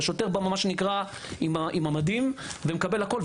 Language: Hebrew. השוטר בא עם המדים ומקבל הכול,